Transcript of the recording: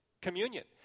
communion